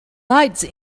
lights